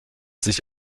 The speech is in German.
sich